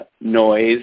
noise